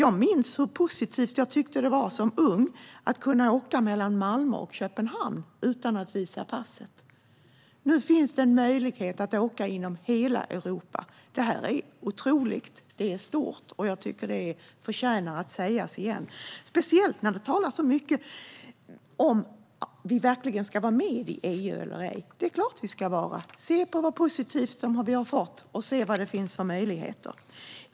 Jag minns hur positivt jag tyckte att det var som ung att kunna åka mellan Malmö och Köpenhamn utan att visa passet. Nu finns möjligheten att resa så inom hela Europa, och detta är otroligt och stort. Det förtjänar att sägas igen - speciellt när det talas så mycket om huruvida vi verkligen ska vara med i EU. Det är klart att vi ska det. Se på allt positivt som vi har fått och se alla möjligheter!